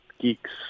geeks